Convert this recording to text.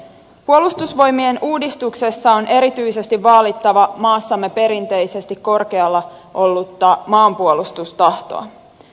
puolustusvoimien uudistuksessa on erityisesti vaalittava maassamme perinteisesti korkealla ollutta maanpuolustustahtoa